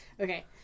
Okay